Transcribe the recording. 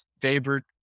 favorite